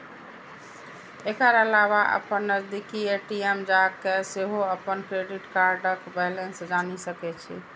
एकर अलावा अपन नजदीकी ए.टी.एम जाके सेहो अपन क्रेडिट कार्डक बैलेंस जानि सकै छी